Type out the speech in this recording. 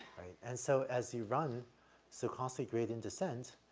and so as you run stochastic gradient descent,